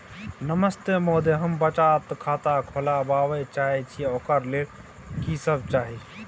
नमस्ते महोदय, हम बचत खाता खोलवाबै चाहे छिये, ओकर लेल की सब चाही?